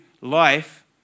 life